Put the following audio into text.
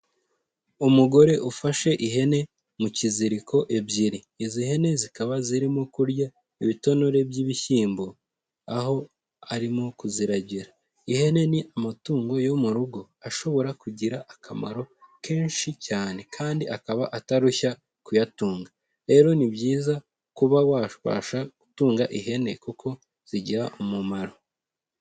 Umugore ufashe ihene mu kiziriko ebyiri, izi hene zikaba zirimo kurya ibitonore by'ibishyimbo, aho arimo kuziragira, ihene ni amatungo yo mu rugo ashobora kugira akamaro kenshi cyane kandi akaba atarushya kuyatunga, rero ni byiza kuba wabasha gutunga ihene kuko zigira umumaro.